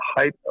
height